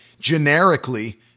generically